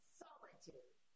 solitude